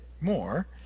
more